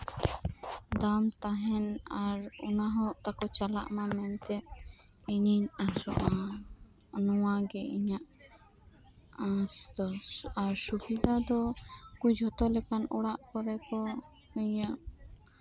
ᱫᱟᱢ ᱛᱟᱦᱮᱱ ᱟᱨ ᱚᱱᱟᱦᱚᱸ ᱛᱟᱠᱩ ᱪᱟᱞᱟᱜ ᱢᱟ ᱢᱮᱱᱛᱮ ᱤᱧᱤᱧ ᱟᱥᱳᱜ ᱟ ᱱᱚᱣᱟᱜᱤ ᱤᱧᱟᱹᱜ ᱟᱥᱫᱚ ᱟᱨ ᱥᱩᱵᱤᱫᱟ ᱩᱱᱠᱩ ᱡᱚᱛᱚᱞᱮᱠᱟᱱ ᱚᱲᱟᱜ ᱠᱚᱨᱮ ᱠᱩ ᱤᱭᱟᱹ